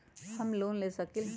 हम लोन ले सकील?